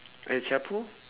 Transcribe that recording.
el chapo